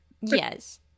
yes